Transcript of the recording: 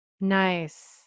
nice